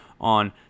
on